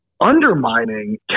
undermining